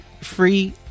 free